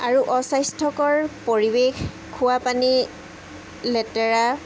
আৰু অস্বাস্থ্যকৰ পৰিৱেশ খোৱা পানী লেতেৰা